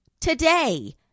today